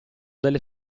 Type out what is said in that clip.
delle